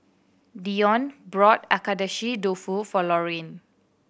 Dione brought Agedashi Dofu for Lorraine